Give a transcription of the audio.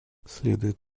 следует